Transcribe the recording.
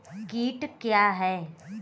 कीट क्या है?